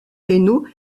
raynaud